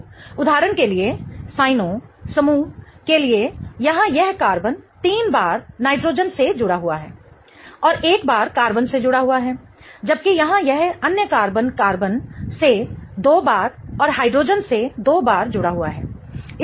तो उदाहरण के लिए साइनओ समूह के लिए यहां यह कार्बन 3 बार नाइट्रोजन से जुड़ा हुआ है और एक बार कार्बन से जुड़ा हुआ है जबकि यहां यह अन्य कार्बन कार्बन से 2 बार और हाइड्रोजन से 2 बार जुड़ा हुआ है